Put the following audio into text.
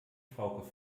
frauke